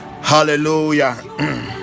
hallelujah